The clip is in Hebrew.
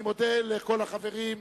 אני מודה לכל החברים,